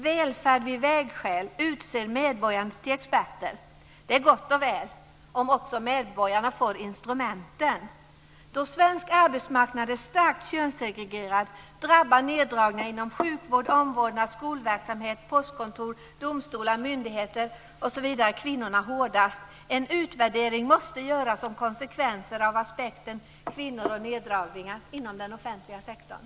Välfärd vid vägskäl utser medborgarna till experter. Detta är gott och väl om också medborgarna ges instrumenten. Då svensk arbetsmarknad är starkt könssegregerad drabbar neddragningar inom sjukvård, omvårdnad, skolverksamhet, postkontor, domstolar, myndigheter osv. kvinnorna hårdast. En utvärdering måste göras kring konsekvenser av aspekten kvinnor och neddragningar inom den offentliga sektorn.